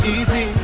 Easy